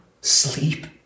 sleep